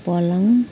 पलङ